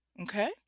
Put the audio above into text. okay